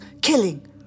Killing